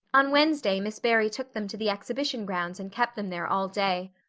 on wednesday miss barry took them to the exhibition grounds and kept them there all day.